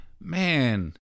Man